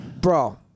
Bro